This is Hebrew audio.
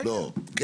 כן.